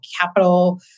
capital